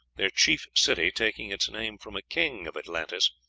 their chief city taking its name from a king of atlantis,